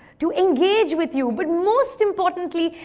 to engage with you but most importantly,